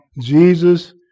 Jesus